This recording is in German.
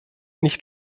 nicht